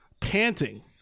panting